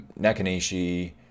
Nakanishi